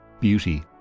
Beauty